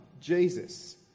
Jesus